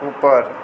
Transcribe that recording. ऊपर